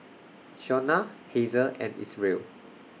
Shauna Hazel and Isreal